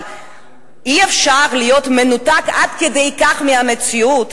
אבל אי-אפשר להיות מנותק עד כדי כך מהמציאות,